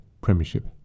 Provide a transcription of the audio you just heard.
premiership